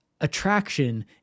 attraction